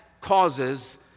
causes